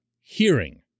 hearing